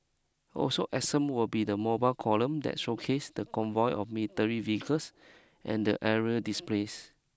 also absent will be the mobile column that showcases the convoy of military vehicles and the aerial displays